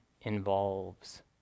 involves